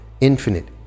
infinite